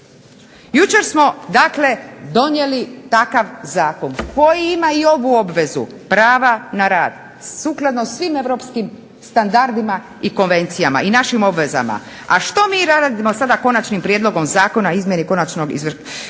Jučer smo dakle donijeli takav zakon koji ima i ovu obvezu prava na rad, sukladno svim Europskim standardima i konvencijama i našim obvezama, a što mi ... sada Konačnim prijedlogom zakona o izmjeni Zakona o izvršavanju